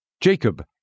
Jacob